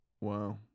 Wow